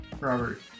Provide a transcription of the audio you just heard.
Robert